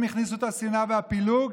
הם יכניסו את השנאה והפילוג.